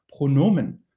pronomen